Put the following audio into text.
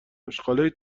آشغالای